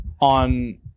on